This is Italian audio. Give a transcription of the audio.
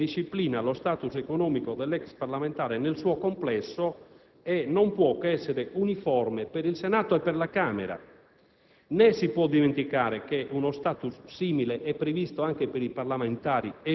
riforme vanno rese coerenti con un sistema normativo che disciplina lo *status* economico dell'ex parlamentare nel suo complesso e non può che essere uniforme per il Senato e per la Camera.